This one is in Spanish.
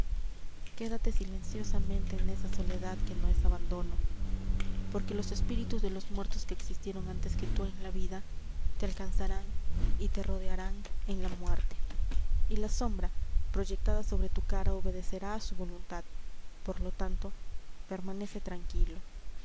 quédate silenciosamente en esa soledad que no es abandono porque los espíritus de los muertos que existieron antes que tú en la vida te alcanzarán y te rodearán en la muerte y la sombra proyectada sobre tu cara obedecerá a su voluntad por lo tanto permanece tranquilo